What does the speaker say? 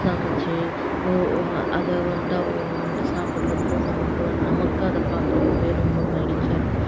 சமைச்சி அதை வந்துட்டு அவங்க வந்துட்டு சாப்பிட்றப்போ நமக்கு வந் நமக்கு அதை பார்க்குறப்பவே ரொம்ப மகிழ்ச்சியாக இருக்கும்